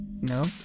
No